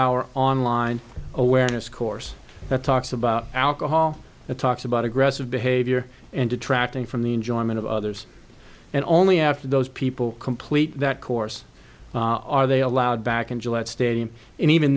hour online awareness course that talks about alcohol it talks about aggressive behavior and detracting from the enjoyment of others and only after those people complete that course are they allowed back in july stadium and even